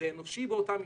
זה אנושי באותה מידה.